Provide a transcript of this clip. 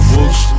Books